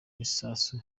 n’isasu